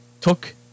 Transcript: took